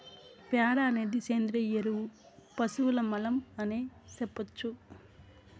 ప్యాడ అనేది సేంద్రియ ఎరువు పశువుల మలం అనే సెప్పొచ్చు